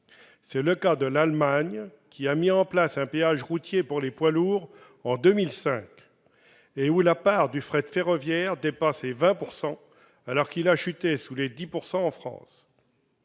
c'est le cas de l'Allemagne, qui a mis en place un péage routier pour les poids lourds en 2005 et où la part du fret ferroviaire dépasse les 20 %, alors qu'elle a chuté sous les 10 % dans